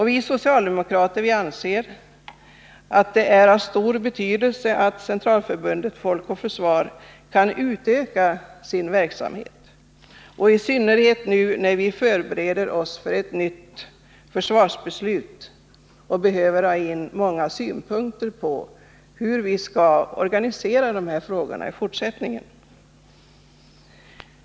Vi socialdemokrater anser att det är av stor betydelse att Centralförbundet Folk och försvar kan utöka sin verksamhet, i synnerhet nu när vi förbereder oss för ett nytt försvarsbeslut och behöver ha in många synpunkter på hur vi skall organisera de här sakerna i fortsättningen.